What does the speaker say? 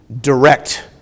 direct